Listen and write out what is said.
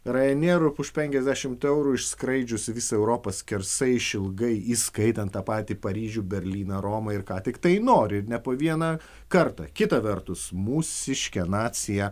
rainieru už penkiasdešimt eurų išskraidžiusi visą europą skersai išilgai įskaitant tą patį paryžių berlyną romą ir ką tiktai nori ir ne po vieną kartą kita vertus mūsiškė nacija